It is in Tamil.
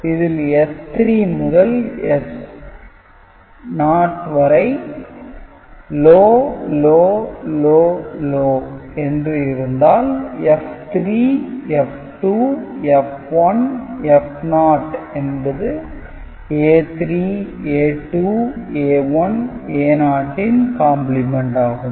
இதில் S3 முதல் S0 வரை L L L L என்றால் F3 F2 F1 F0 என்பது A3 A2 A1 A0 ன் காம்பிளிமெண்ட் ஆகும்